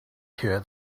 here